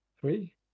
Three